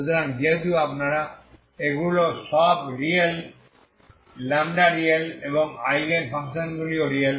সুতরাং যেহেতু এগুলো সব রিয়েল λ রিয়েল এবং আইগেন ফাংশনগুলিও রিয়েল